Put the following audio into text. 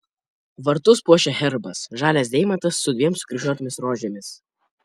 vartus puošia herbas žalias deimantas su dviem sukryžiuotomis rožėmis